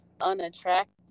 unattractive